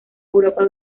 europa